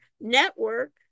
network